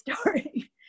story